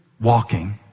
walking